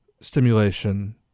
stimulation